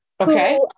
okay